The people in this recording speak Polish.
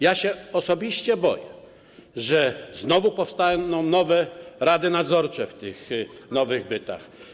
Ja osobiście się boję, że znowu powstaną nowe rady nadzorcze w tych nowych bytach.